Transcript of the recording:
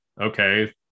okay